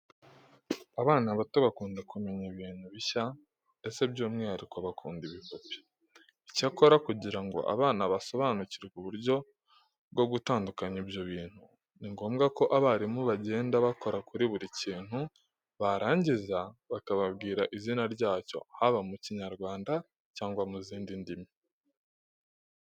Abana bato bakunda kumenya ibintu bishya ndetse by'umwuhariko bakunda n'ibipupe. Icyakora kugira ngo abana basobanukirwe uburyo bwo gutandukanya ibyo bintu ni ngombwa ko abarimu bagenda bakora kuri buri kintu barangiza bakababwira izina ryacyo haba mu Kinyarwanda cyangwa mu zindi ndimi.